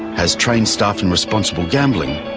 has trained staff in responsible gambling,